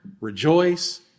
rejoice